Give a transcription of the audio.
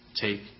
take